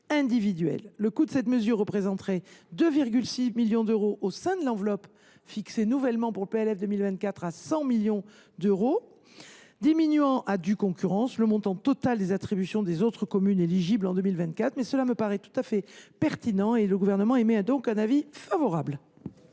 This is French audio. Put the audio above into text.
Le coût de cette mesure représenterait 2,6 millions d’euros au sein de l’enveloppe fixée nouvellement dans le projet de loi de finances pour 2024 à 100 millions d’euros, diminuant à due concurrence le montant total des attributions des autres communes éligibles en 2024. Cela me paraît tout à fait pertinent. En conséquence, le Gouvernement émet un avis favorable